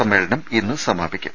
സമ്മേളനം ഇന്ന് സമാപി ക്കും